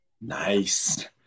Nice